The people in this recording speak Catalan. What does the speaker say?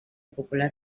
popular